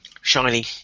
Shiny